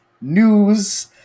news